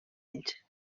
ells